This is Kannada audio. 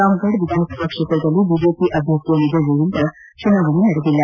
ರಾಮಗಢ ವಿಧಾನಸಭಾ ಕ್ಷೇತ್ರದಲ್ಲಿ ಬಿಜೆಪಿ ಅಭ್ವರ್ಥಿಯ ನಿಧನದಿಂದ ಚುನಾವಣೆ ನಡೆದಿಲ್ಲ